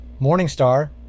Morningstar